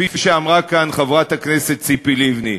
כפי שאמרה כאן חברת הכנסת ציפי לבני.